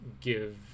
give